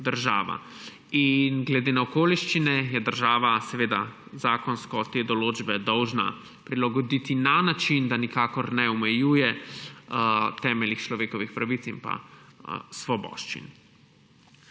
in glede na okoliščine je država seveda zakonsko te določbe dolžna prilagoditi na način, da nikakor ne omejuje temeljnih človekovih pravic in svoboščin.